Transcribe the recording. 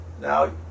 Now